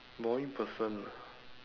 boring person